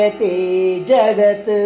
jagat